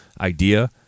idea